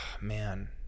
man